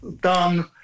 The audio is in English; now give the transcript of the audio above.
done